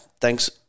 thanks